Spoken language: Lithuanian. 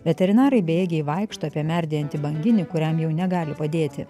veterinarai bejėgiai vaikšto apie merdėjantį banginį kuriam jau negali padėti